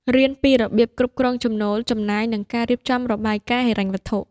រៀនពីរបៀបគ្រប់គ្រងចំណូល ចំណាយ និងការរៀបចំរបាយការណ៍ហិរញ្ញវត្ថុ។